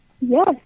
Yes